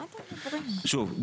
שוב,